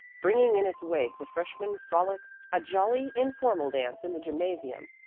bringing in its wake the freshman frolic, a jolly, informal dance in the gymnasium,